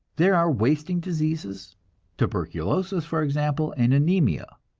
there are wasting diseases tuberculosis, for example, and anemia.